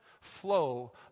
flow